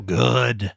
good